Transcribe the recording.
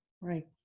Right